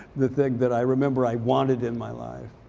the thing that i remember i wanted in my life.